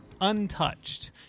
untouched